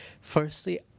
firstly